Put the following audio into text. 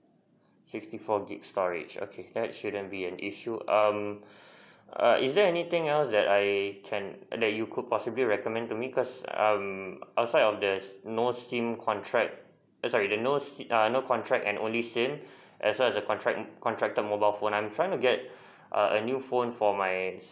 sixty four gig storage okay that's shouldn't be an issue um err is there anything else that I can that you could possibly recommend to me cause um aside of the no SIM contract aside with the no si~ err no contract and only SIM as well as the contract contracted mobile phone I'm trying to get a a new phone for my